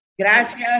Gracias